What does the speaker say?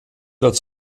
als